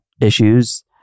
issues